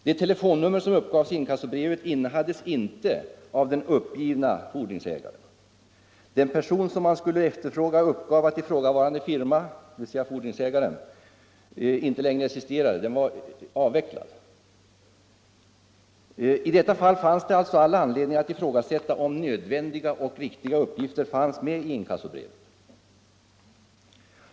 Det telefonnummer som uppgavs i inkassobrevet innehades inte av den uppgivna fordringsägaren. Den person man skulle fråga efter uppgav att ifrågavarande firma — fordringsägaren — inte längre existerade. Den hade avvecklats. I detta fall fanns det all anledning att ifrågasätta om nödvändiga och riktiga uppgifter fanns med i inkassobrevet.